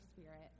Spirit